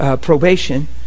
probation